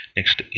Next